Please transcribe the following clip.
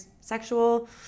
sexual